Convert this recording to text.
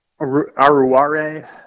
Aruare